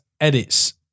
edits